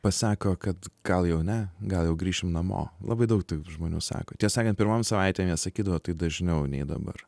pasako kad gal jau ne gal jau grįšim namo labai daug to žmonių sako tiesa sakant pirmom savaitėm jie sakydavo tai dažniau nei dabar